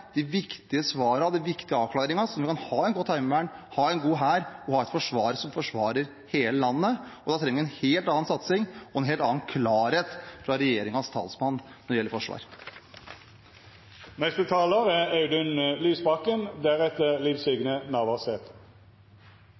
de viktige svarene og de viktige avklaringene så vi kan ha et godt heimevern, en god hær og et forsvar som forsvarer hele landet. Vi trenger en helt annen satsing og en helt annen klarhet fra regjeringens talsmann når det gjelder forsvar. Bare en kort stemmeforklaring siden det er